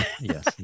yes